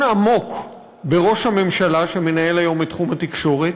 עמוק בראש הממשלה שמנהל היום את תחום התקשורת,